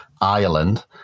Ireland